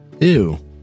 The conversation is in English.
Ew